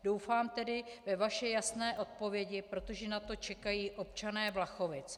Doufám tedy ve vaše jasné odpovědi, protože na to čekají občané Vlachovic.